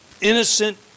innocent